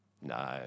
No